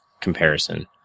comparison